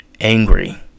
angry